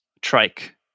trike